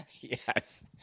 Yes